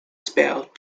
spelled